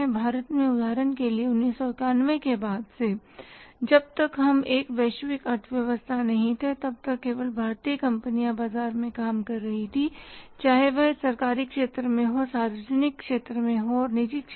भारत में उदाहरण के लिए 1991 के बाद से जब तक हम एक वैश्विक अर्थव्यवस्था नहीं थे तब तक केवल भारतीय कंपनियां बाजार में काम कर रही थीं चाहे वे सरकारी क्षेत्र में हों सार्वजनिक क्षेत्र और निजी क्षेत्र